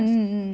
oo